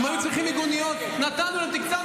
הדירקטיבה של המשרד שלנו זה לתת מנועי צמיחה ולצמצם